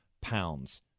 pounds